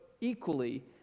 equally